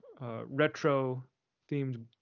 retro-themed